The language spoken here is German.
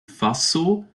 faso